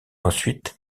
ensuite